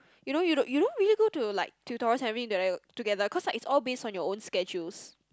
you know you don't you don't really go to like tutorials together cause like it's all based on your own schedules